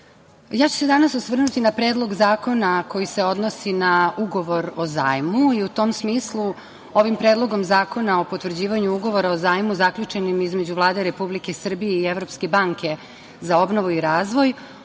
ja ću se danas osvrnuti na Predlog zakona koji se odnosi na Ugovor o zajmu i u tom smislu ovim Predlogom zakona o potvrđivanju Ugovora o zajmu zaključenim između Vlade Republike Srbije i Evropske banke za obnovu i razvoj,